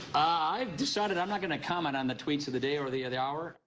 i've decided i'm not gonna comment on the tweets of the day or the the hour.